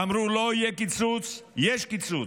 אמרו שלא יהיה קיצוץ, יש קיצוץ.